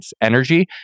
energy